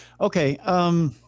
Okay